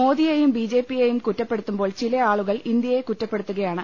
മോദിയെയും ബി ജെ പിയെയും കുറ്റപ്പെടുത്തുമ്പോൾ ചില ആളുകൾ ഇന്ത്യയെ കുറ്റപ്പെടുത്തു കയാണ്